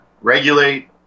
regulate